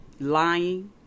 lying